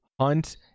Hunt